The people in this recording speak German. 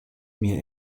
mir